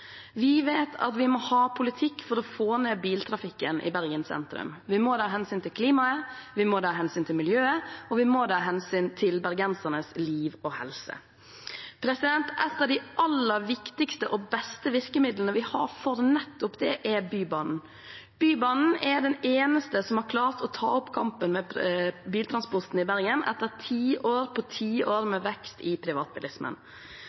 Vi vet at vi må ha politikk for å få ned biltrafikken i Bergen sentrum. Vi må det av hensyn til klimaet, vi må det av hensyn til miljøet, og vi må det av hensyn til bergensernes liv og helse. Et av de aller viktigste og beste virkemidlene vi har for nettopp det, er Bybanen. Bybanen er det eneste som har klart å ta opp kampen med biltransporten i Bergen, etter tiår på tiår med vekst i privatbilismen.